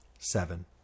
Seven